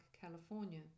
California